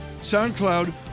soundcloud